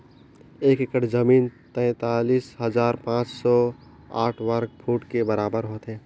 एक एकड़ जमीन तैंतालीस हजार पांच सौ साठ वर्ग फुट के बराबर होथे